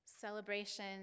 celebration